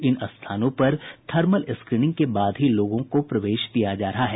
इन स्थानों पर thermal screening के बाद ही लोगों को प्रवेश दिया जा रहा है